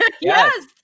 Yes